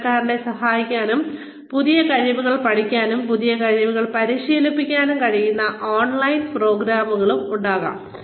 ജീവനക്കാരെ സഹായിക്കാനും പുതിയ കഴിവുകൾ പഠിക്കാനും പുതിയ കഴിവുകൾ പരിശീലിക്കാനും കഴിയുന്ന ഓൺലൈൻ പ്രോഗ്രാമുകളും ഉണ്ടാകാം